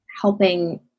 helping